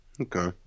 Okay